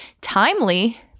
timely